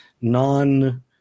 non